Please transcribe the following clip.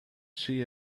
see